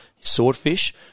swordfish